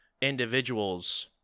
individuals